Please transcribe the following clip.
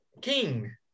king